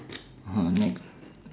oh nag